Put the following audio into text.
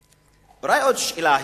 אולי עוד שאלה היסטורית,